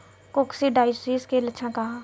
Coccidiosis के लक्षण का ह?